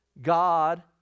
God